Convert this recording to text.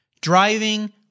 driving